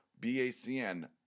BACN